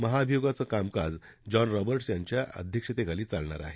महाभियोगाचं कामकाज John Roberts यांच्या अध्यक्षतेखाली चालणार आहे